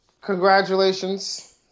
congratulations